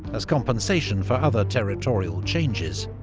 as compensation for other territorial changes.